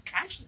cash